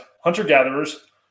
hunter-gatherers